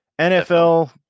NFL